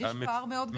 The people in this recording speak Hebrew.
יש פער מאוד גדול.